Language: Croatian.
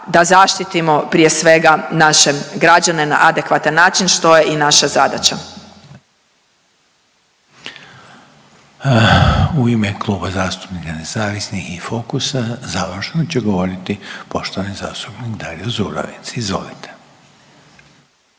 da zaštitimo prije svega naše građane na adekvatan način što je i naša zadaća. **Reiner, Željko (HDZ)** U ime Kluba zastupnika nezavisnih i Fokusa završno će govoriti poštovani zastupnik Dario Zurovec. Izvolite.